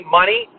money